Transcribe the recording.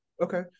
Okay